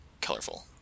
colorful